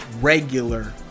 regular